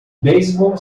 beisebol